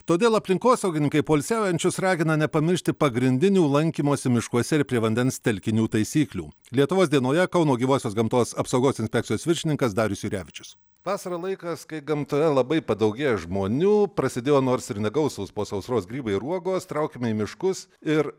todėl aplinkosaugininkai poilsiaujančius ragina nepamiršti pagrindinių lankymosi miškuose ir prie vandens telkinių taisyklių lietuvos dienoje kauno gyvosios gamtos apsaugos inspekcijos viršininkas darius jurevičius vasara laikas kai gamtoje labai padaugėja žmonių prasidėjo nors ir negausūs po sausros grybai ir uogos traukiame į miškus ir